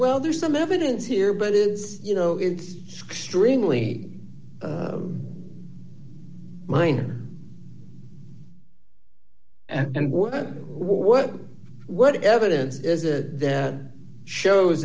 well there's some evidence here but it is you know it's extremely minor and what what what evidence is it that show